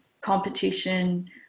competition